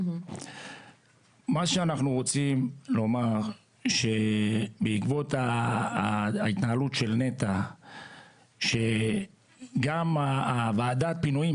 מה שאנחנו רוצים לומר הוא שבעקבות ההתנהלות של נת"ע שגם ועדת הפינויים,